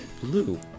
blue